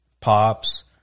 Pops